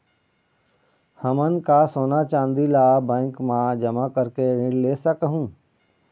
हमन का सोना चांदी ला बैंक मा जमा करके ऋण ले सकहूं?